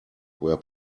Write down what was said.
were